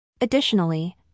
Additionally